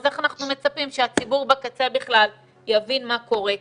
אז איך אנחנו מצפים שהציבור בקצה בכלל יבין מה קורה כאן?